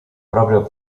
proprio